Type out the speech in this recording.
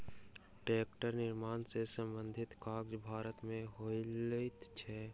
टेक्टरक निर्माण सॅ संबंधित काज भारत मे होइत अछि